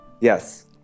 Yes